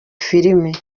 filimi